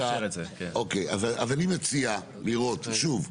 אוקיי, אז אני מציע לראות, שוב,